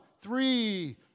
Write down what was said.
three